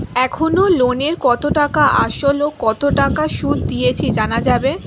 এখনো লোনের কত টাকা আসল ও কত টাকা সুদ দিয়েছি জানা যাবে কি?